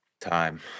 Time